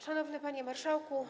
Szanowny Panie Marszałku!